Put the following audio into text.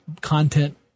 content